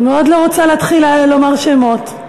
מאוד לא רוצה להתחיל לומר שמות.